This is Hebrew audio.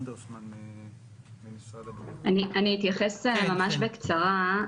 אני אתייחס ממש בקצרה.